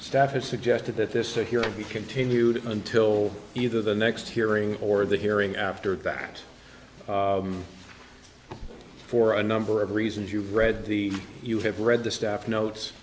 staffer suggested that this is a hero he continued until either the next hearing or the hearing after that for a number of reasons you've read the you have read the staff notes